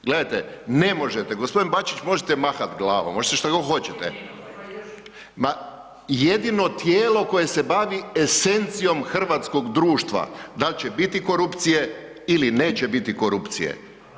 Gledajte ne možete, gospodin Bačić možete mahat glavom, možete šta god hoćete, ma jedino tijelo koje se bavi esencijom hrvatskog društva, da li će biti korupcije ili neće biti korupcije.